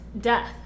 Death